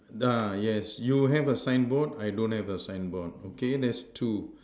ah yes you have a signboard I don't have a signboard okay that's two